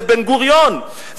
זה בן-גוריון,